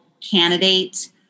candidate